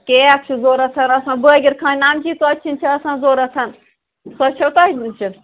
cake چھُ ضروٗرت آسان بٲکِر خٲنۍ نَمکیٖن ژۄچہِ ہَن چھِ چھِ آسان ضروٗرت سۄ چھو تۄہہِ نِش